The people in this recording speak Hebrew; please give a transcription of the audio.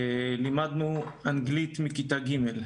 לימדנו אנגלית מכיתה ג'.